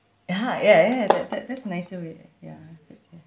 ya ya ya ya that that's nicer really ya